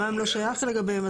המע"מ לא שייך לגביהם.